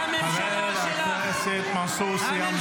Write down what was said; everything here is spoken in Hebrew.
חבר הכנסת מנסור, סיימנו.